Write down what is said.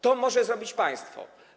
To może zrobić państwo.